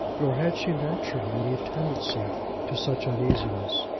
nor had she naturally any tendency to such uneasiness.